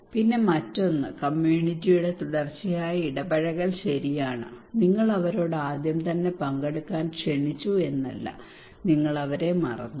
പിന്നെ മറ്റൊന്ന് കമ്മ്യൂണിറ്റിയുടെ തുടർച്ചയായ ഇടപഴകൽ ശരിയാണ് നിങ്ങൾ അവരോട് ആദ്യം തന്നെ പങ്കെടുക്കാൻ ക്ഷണിച്ചു എന്നല്ല നിങ്ങൾ അവരെ മറന്നു